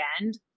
end